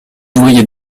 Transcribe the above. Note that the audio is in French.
ouvriers